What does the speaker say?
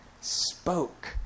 spoke